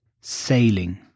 sailing